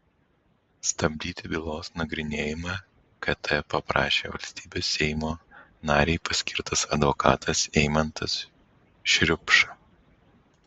stabdyti bylos nagrinėjimą kt paprašė valstybės seimo narei paskirtas advokatas eimantas šriupša